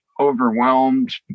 overwhelmed